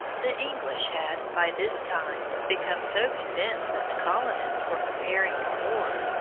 the english had, by this time, become so convinced that the colonists were preparing for war,